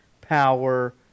power